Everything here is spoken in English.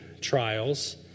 trials